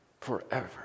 forever